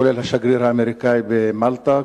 כולל השגריר האמריקני במלטה,